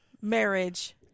marriage